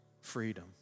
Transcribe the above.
freedom